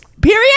period